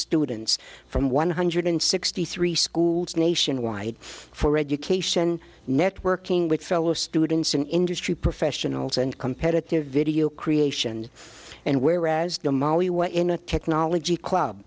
students from one hundred sixty three schools nationwide for education networking with fellow students in industry professionals and competitive video creations and whereas in a technology club